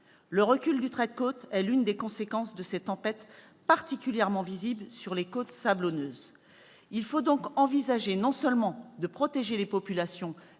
Le recul du trait de côte est l'une des conséquences de ces tempêtes, particulièrement visible sur les côtes sablonneuses. Il faut donc envisager non seulement de protéger les populations